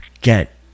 get